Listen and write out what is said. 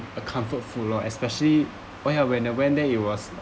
a comfort food lor especially when I when I went there it was